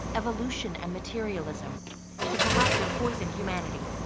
evolution, and materialism to corrupt and poison humanity,